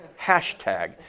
Hashtag